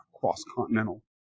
cross-continental